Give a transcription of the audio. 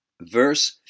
Verse